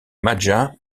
maja